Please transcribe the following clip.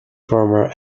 former